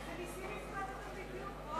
איזה מסים הפחתתם בדיוק?